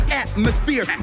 atmosphere